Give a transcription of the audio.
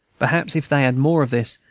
perhaps, if they had more of this,